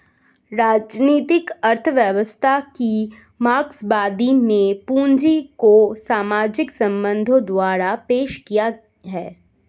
राजनीतिक अर्थव्यवस्था की मार्क्सवादी में पूंजी को सामाजिक संबंधों द्वारा पेश किया है